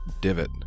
divot